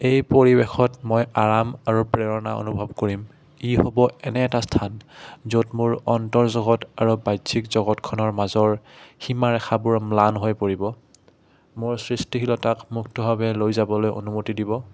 এই পৰিৱেশত মই আৰাম আৰু প্ৰেৰণা অনুভৱ কৰিম ই হ'ব এনে এটা স্থান য'ত মোৰ অন্তৰ জগত আৰু বাজ্যিক জগতখনৰ মাজৰ সীমাৰেখাবোৰ ম্লান হৈ পৰিব মোৰ সৃষ্টিশীলতাক মুক্তভাৱে লৈ যাবলৈ অনুমতি দিব